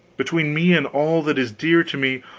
between me and all that is dear to me,